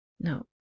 No